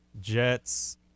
Jets